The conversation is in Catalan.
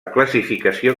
classificació